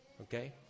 Okay